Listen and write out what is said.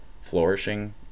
flourishing